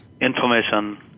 information